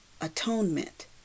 atonement